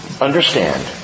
Understand